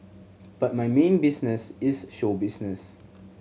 but my main business is show business